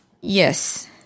Yes